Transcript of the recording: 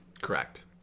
Correct